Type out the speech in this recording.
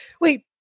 wait